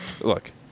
Look